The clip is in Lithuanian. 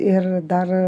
ir dar